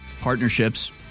partnerships